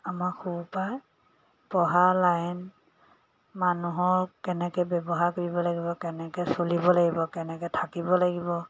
আমাৰ সৰু পৰাই পঢ়া লাইন মানুহক কেনেকৈ ব্যৱহাৰ কৰিব লাগিব কেনেকৈ চলিব লাগিব কেনেকৈ থাকিব লাগিব